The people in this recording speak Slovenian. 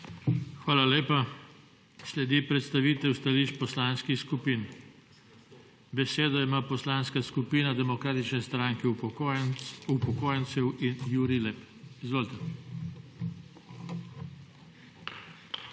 Hvala lepa. Sledi predstavitev stališč poslanskih skupin. Besedo ima Poslanska skupina Demokratične stranke upokojencev in Jurij Lep. Izvolite.